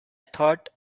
thought